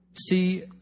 See